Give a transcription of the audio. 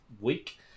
week